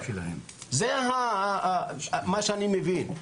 זה מה שאני מבין.